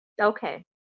Okay